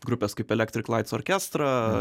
grupės kaip elektrik laits orkestra